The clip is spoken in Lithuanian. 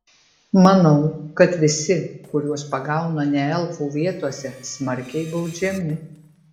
manau kad visi kuriuos pagauna ne elfų vietose smarkiai baudžiami